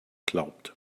glaubt